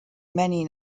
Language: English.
many